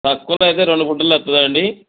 తక్కువలో అయితే రెండు గుంటలు వస్తుందండి